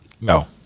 No